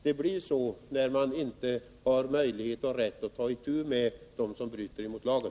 Det blir så, när man inte har någon rätt att vidta åtgärder mot dem som bryter mot lagen.